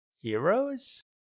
heroes